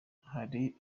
hari